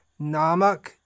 Namak